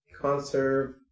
conserve